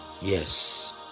Yes